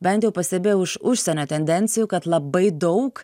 bent jau pastebėjau iš užsienio tendencijų kad labai daug